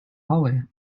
hallway